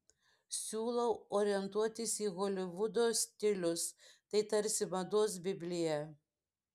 siūlau orientuotis į holivudo stilius tai tarsi mados biblija